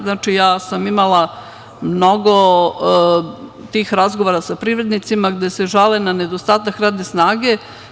Znači, imala sam mnogo tih razgovora sa privrednicima gde se žale na nedostatak radne snage.